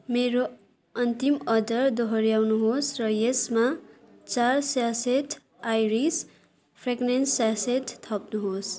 मेरो अन्तिम अर्डर दोहोऱ्याउनुहोस् र यसमा चार स्यासे आइरिस फ्रेगनेन्स स्यासे थप्नुहोस्